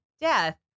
death